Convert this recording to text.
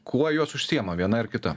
kuo jos užsiima viena ar kita